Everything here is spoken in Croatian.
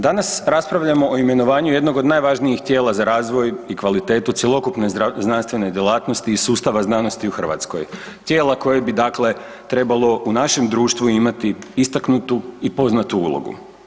Danas raspravljamo o imenovanju jednog od najvažnijih tijela za razvoj i kvalitetu cjelokupne znanstvene djelatnosti iz sustava znanosti u Hrvatskoj, tijela koja bi dakle trebalo u našem društvu imati istaknutu i poznatu ulogu.